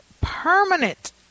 permanent